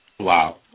Wow